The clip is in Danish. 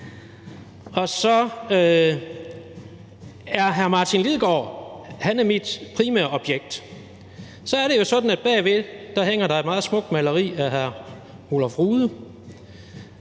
– og hr. Martin Lidegaard er mit primære objekt, så er det sådan, at bagved hænger der et meget smukt maleri af Olaf Rude,